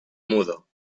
mudo